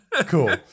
cool